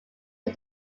but